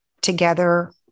together